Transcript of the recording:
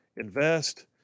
invest